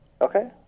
Okay